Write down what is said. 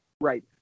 right